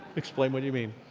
explain what you mean.